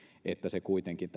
että se kuitenkin